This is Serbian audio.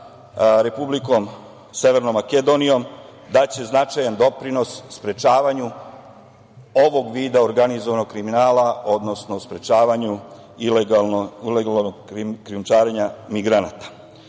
Republikom Severnom Makedonijom daće značajan doprinos sprečavanju ovog vida organizovanog kriminala, odnosno sprečavanju ilegalnog krijumčarenja